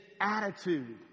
attitude